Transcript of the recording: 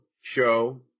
show